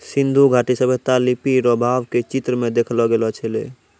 सिन्धु घाटी सभ्यता लिपी रो भाव के चित्र मे देखैलो गेलो छलै